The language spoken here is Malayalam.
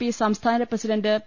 പി സംസ്ഥാന പ്രസിഡണ്ട് പി